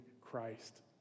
Christ